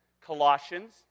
Colossians